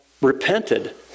repented